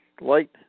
light